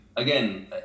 Again